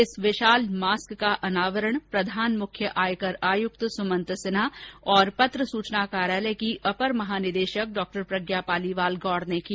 इस विशाल मास्क का अनावरण प्रधान मुख्य आयकर आयुक्त सुमन्त सिन्हा और पत्र सूचना कार्यालय की अपर महानिदेशक डॉ प्रज्ञा पालीवाल गौड़ ने किया